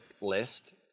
list